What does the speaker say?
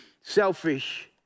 selfish